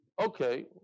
okay